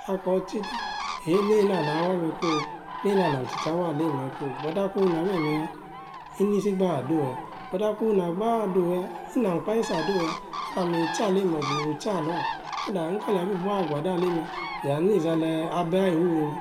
. Ako tsi tq eeke nene na wq me ko nena nam tsitsi awo alerem me̱ cucung ina me̱me̱ ya inisi gba adowu ya but akung ina gba adowu ya inam kpa isi adowu ya alam itsi aleem me otsitsi wu tsi alo so that nka li ya bi bua gwadc ale me ya ni izi ala baa ifufe me